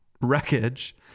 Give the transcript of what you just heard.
wreckage